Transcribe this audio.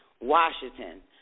Washington